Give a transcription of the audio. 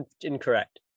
incorrect